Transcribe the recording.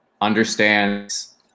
understands